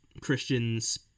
Christian's